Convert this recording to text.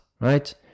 right